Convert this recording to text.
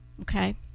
okay